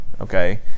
okay